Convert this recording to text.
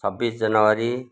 छब्बिस जनवरी